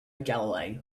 galilei